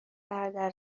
برادر